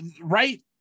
right